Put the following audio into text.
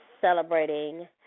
celebrating